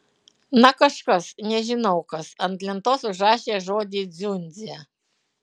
na kažkas nežinau kas ant lentos užrašė žodį dziundzė